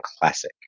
Classic